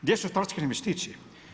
Gdje su strateške investicije?